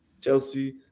Chelsea